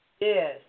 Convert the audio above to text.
Yes